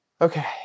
Okay